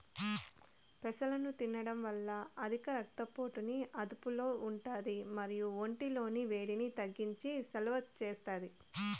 పెసలను తినడం వల్ల అధిక రక్త పోటుని అదుపులో ఉంటాది మరియు ఒంటి లోని వేడిని తగ్గించి సలువ చేస్తాది